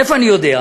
מאיפה אני יודע?